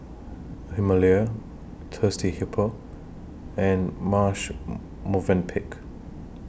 Himalaya Thirsty Hippo and Marche Movenpick